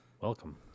Welcome